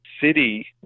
city